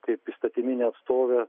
kaip įstatyminė atstovė